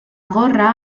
gorra